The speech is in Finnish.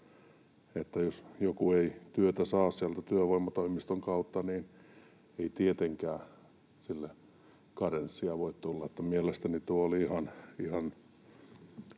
jos joku ei työtä saa sieltä työvoimatoimiston kautta, niin ei tietenkään karenssia voi tulla. Kyllä tuo mielestäni oli ihan